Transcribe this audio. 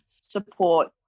support